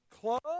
club